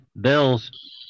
Bills